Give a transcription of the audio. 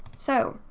so,